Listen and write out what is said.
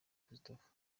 christopher